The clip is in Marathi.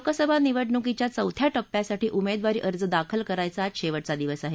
लोकसभा निवडणुकीच्या चौथ्या टप्प्यासाठी उमेदवारी अर्ज दाखल करायचा आज शेवटचा दिवस आहे